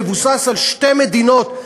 שמבוסס על שתי מדינות,